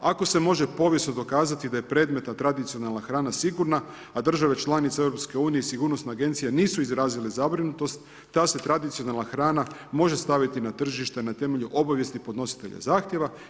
Ako se može povijesno dokazati da je predmetna tradicionalna hrana sigurna, a države članice EU-a i sigurnosna agencija nisu izrazile zabrinutost, ta se tradicionalna hrana može staviti na tržište na temelju obavijesti i podnositelja zahtjeva.